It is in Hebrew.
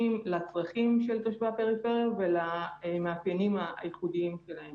לצרכים של תושבי הפריפריה ולמאפיינים הייחודיים שלהם.